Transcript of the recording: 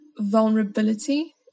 vulnerability